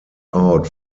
out